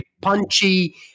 punchy